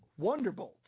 Wonderbolt